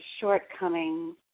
shortcomings